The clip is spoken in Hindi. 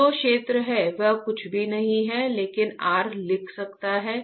अब जो क्षेत्र है वह कुछ भी नहीं है लेकिन R लिख सकता है